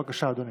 בבקשה, אדוני.